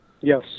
Yes